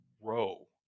row